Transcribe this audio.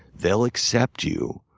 they'll accept you,